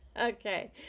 Okay